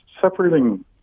Separating